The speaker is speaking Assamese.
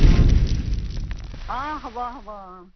অঁ অঁ হ'ব হ'ব অঁ